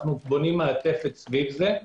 אנו בונים מעטפת סביב זה.